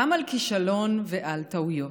גם על כישלון ועל טעויות,